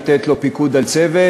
לתת לו פיקוד על צוות,